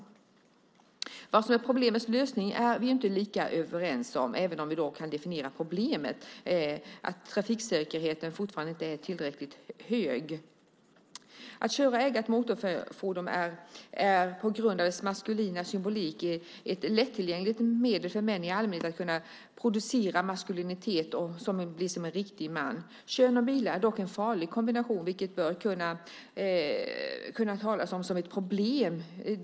Vad som är problemets lösning är vi inte lika överens om även om vi kan definiera problemet, nämligen att trafiksäkerheten fortfarande inte är tillräckligt stor. Att köra eget motorfordon är på grund av dess maskulina symbolik ett lättillgängligt medel för män i allmänhet att producera maskulinitet och bli som en riktig man. Kön och bilar är dock en farlig kombination, vilket man bör kunna tala om som ett problem.